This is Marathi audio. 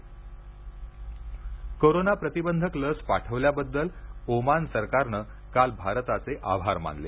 ओमान धन्यवाद कोरोना प्रतिबंधक लस पाठवल्याबद्दल ओमान सरकारनं काल भारताचे आभार मानले